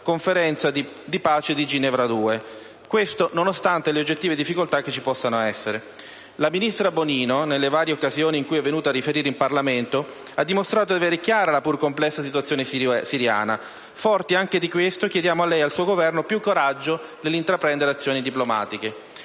Conferenza di pace di Ginevra 2; questo nonostante le oggettive difficoltà che ci possano essere. La ministra Bonino, nelle varie occasioni in cui è venuta a riferire in Parlamento, ha dimostrato di avere chiara la pur complessa situazione siriana. Forti anche di questo, chiediamo a lei presidente Letta e al suo Governo più coraggio nell'intraprendere azioni diplomatiche.